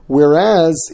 Whereas